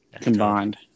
combined